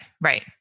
right